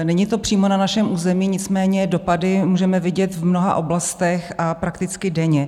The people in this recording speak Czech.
Není to přímo na našem území, nicméně dopady můžeme vidět v mnoha oblastech a prakticky denně.